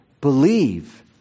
Believe